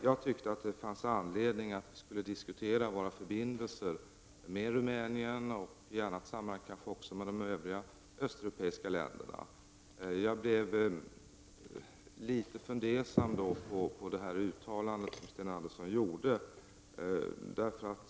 Jag tyckte att det fanns anledning att diskutera våra förbindelser med Rumänien och gärna med övriga östeuropeiska länder. Jag blev litet fundersam över det uttalande som Sten Andersson har gjort.